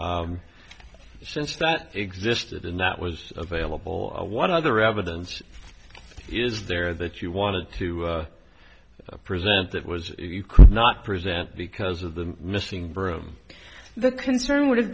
since that existed and that was available what other evidence is there that you wanted to preserve that was not present because of the missing broom the concern would have